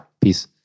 Peace